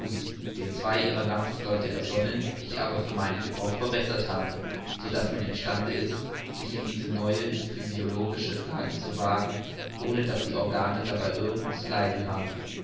den zwei ihrer landsleute ersonnen ich aber für meinen gebrauch verbessert habe so daß man im stande ist sich in diese neue physiologische lage zu wagen ohne daß die organe irgend dabei zu leiden haben